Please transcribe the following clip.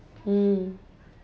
mm